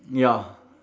ya